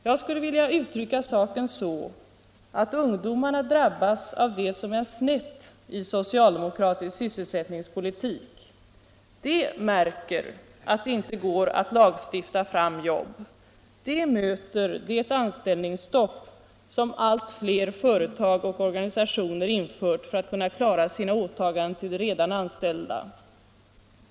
Jag skulle vilja uttrycka saken så att det är ungdomarna som drabbas av det som är snett i socialdemokratisk sysselsättningspolitik. De märker att det inte går att lagstifta fram jobb. De möter det anställningsstopp som allt fler företag och organisationer infört för att kunna klara sina åtaganden gentemot de redan anställda.